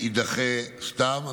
יידחה סתם.